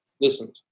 Listen